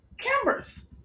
cameras